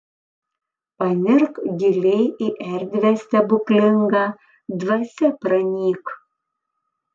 panirk giliai į erdvę stebuklingą dvasia pranyk